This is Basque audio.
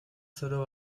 zoro